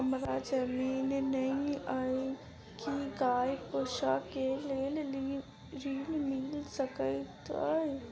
हमरा जमीन नै अई की गाय पोसअ केँ लेल ऋण मिल सकैत अई?